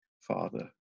Father